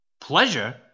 Pleasure